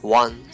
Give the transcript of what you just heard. one